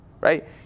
right